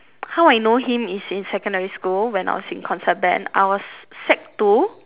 how I know him is in secondary school when I was in concert band I was sec two